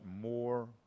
more